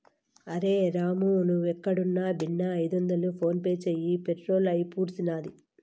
అరె రామూ, నీవేడున్నా బిన్నే ఐదొందలు ఫోన్పే చేయి, పెట్రోలు అయిపూడ్సినాది